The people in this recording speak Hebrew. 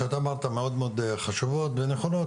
כי הערות שאמרת מאוד מאוד חשובות ונכונות.